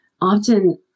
often